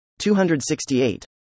268